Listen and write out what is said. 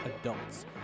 adults